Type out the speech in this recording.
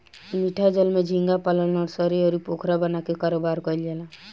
मीठा जल में झींगा पालन नर्सरी, अउरी पोखरा बना के कारोबार कईल जाला